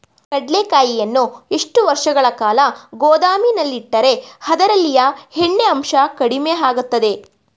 ಕಡ್ಲೆಕಾಯಿಯನ್ನು ಎಷ್ಟು ವರ್ಷಗಳ ಕಾಲ ಗೋದಾಮಿನಲ್ಲಿಟ್ಟರೆ ಅದರಲ್ಲಿಯ ಎಣ್ಣೆ ಅಂಶ ಕಡಿಮೆ ಆಗುತ್ತದೆ?